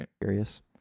curious